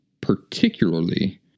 particularly